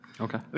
Okay